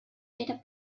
era